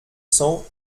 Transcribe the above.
cents